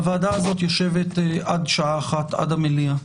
הוועדה הזאת יושבת עד השעה 13:00, עד המליאה.